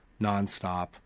nonstop